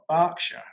Berkshire